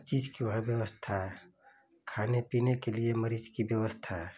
हर चीज़ की वहाँ व्यवस्था खाने पीने के लिए मरीज़ की व्यवस्था